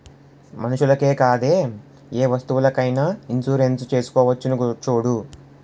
మనుషులకే కాదే ఏ వస్తువులకైన ఇన్సురెన్సు చేసుకోవచ్చును చూడూ